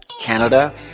Canada